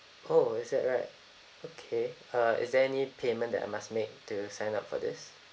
oh is that right okay uh is there any payment that I must make to sign up for this